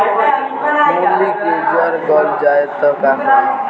मूली के जर गल जाए त का करी?